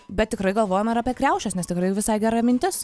bet tikrai galvojome ir apie kriaušes nes tikrai visai gera mintis